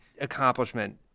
accomplishment